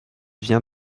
vient